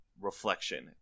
reflection